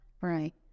Right